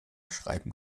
schreiben